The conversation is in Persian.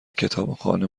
کتابخانه